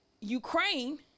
Ukraine